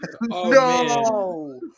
No